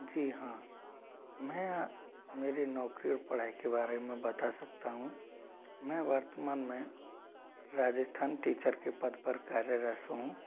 जी हाँ मैं मेरी नौकरी और पढ़ाई के बारे में बता सकता हूँ मैं वर्तमान में राजस्थान टीचर के पद पर कार्यरत हूँ